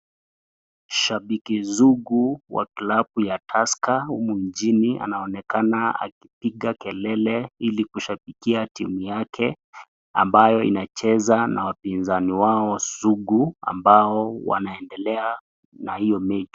Shabiki sugu wa klabu ya Tusker humu nchini, anaonekana akipiga kelele ili kushabikia timu yake ambayo inacheza na wapinzani wao sugu, ambao wanaendelea na hiyo mechi.